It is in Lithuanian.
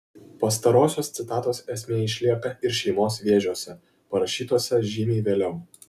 pastarosios citatos esmė išlieka ir šeimos vėžiuose parašytuose žymiai vėliau